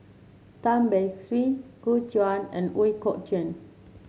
Tan Beng Swee Gu Juan and Ooi Kok Chuen